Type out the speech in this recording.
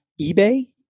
eBay